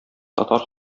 татар